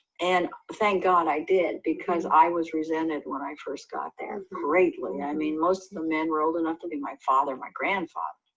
and thank god i did, because i was resented when i first got there, greatly. i mean, most of the men were old enough to be my father, my grandfather.